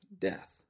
death